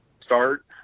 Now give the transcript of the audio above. start